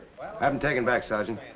um taken back, sergeant.